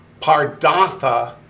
Pardatha